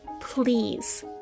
please